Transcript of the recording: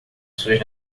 suas